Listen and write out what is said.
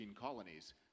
colonies